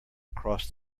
across